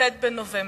כ"ט בנובמבר.